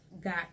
got